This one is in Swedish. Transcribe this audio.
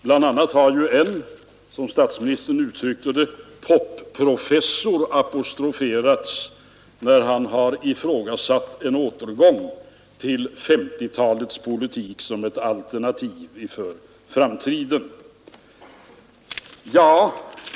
Bland annat har ju en, som statsministern uttryckte det, popprofessor apostroferats när han ifrågasatt en återgång till 1950-talets politik som ett alternativ inför framtiden.